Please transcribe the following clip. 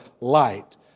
light